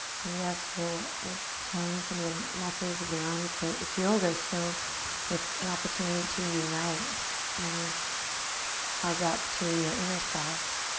and yes, we'll tone some of the muscles of the arms but it's yoga so it's an opportunity to unite and hug up to your inner self.